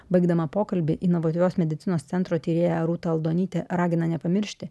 baigdama pokalbį inovatyvios medicinos centro tyrėja rūta aldonytė ragina nepamiršti